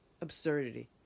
absurdity